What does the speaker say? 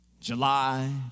July